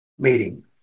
Meeting